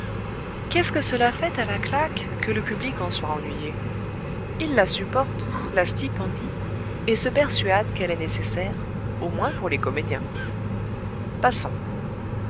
qu'est-ce que cela fait à la claque que le public en soit ennuyé il la supporte la stipendie et se persuade qu'elle est nécessaire au moins pour les comédiens passons